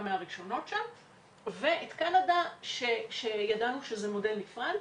מהראשונות ואת קנדה שידענו שזה מודל נפרד.